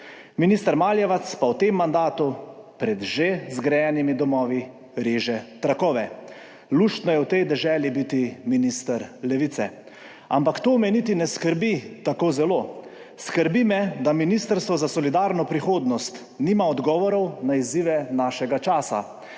Minister Maljevac pa v tem mandatu pred že zgrajenimi domovi reže trakove. Luštno je v tej deželi biti minister Levice, ampak to me niti ne skrbi tako zelo. Skrbi me, da Ministrstvo za solidarno prihodnost nima odgovorov na izzive našega časa.